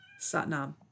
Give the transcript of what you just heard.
Satnam